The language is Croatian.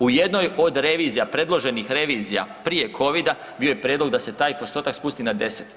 U jednoj od revizija, predloženih revizija, prije Covida bio je prijedlog da se taj postotak spusti na 10.